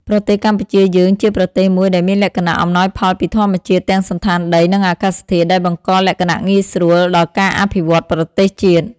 ប្រទេសកម្ពុជាយើង ជាប្រទេសមួយដែលមានលក្ខណៈអំណោយផលពីធម្មជាតិ ទាំងសណ្ឋានដី និង អាកាសធាតុ ដែលបង្ករលក្ខណះងាយស្រួល ដល់ការអភិវឌ្ឍប្រទេសជាតិ ។